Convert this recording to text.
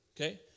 Okay